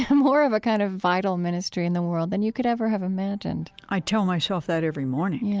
ah more of a kind of vital ministry in the world than you could ever have imagined? i tell myself that every morning. yeah